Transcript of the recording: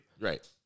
right